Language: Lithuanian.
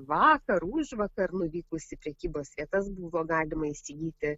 vakar užvakar nuvykus į prekybos vietas buvo galima įsigyti